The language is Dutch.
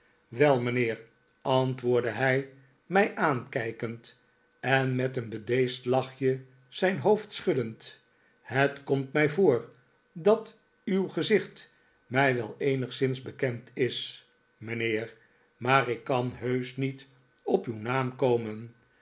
wel mijnheer antwoordde hij mij aankijkend en met een bedeesd lachje zijn hoofd schuddend het komt mij voor dat uw gezicht mij wel eenigszins bekend is mijnheer maar ik kan heusch niet op uw naam komen